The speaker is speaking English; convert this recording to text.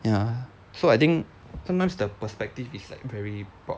ya so I think sometimes the perspective is like very broad